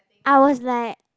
I was like